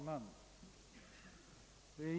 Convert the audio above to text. Herr talman!